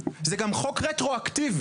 זה גם חוק רטרואקטיבי.